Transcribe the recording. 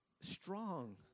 strong